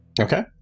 Okay